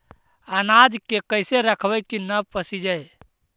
अनाज के कैसे रखबै कि न पसिजै?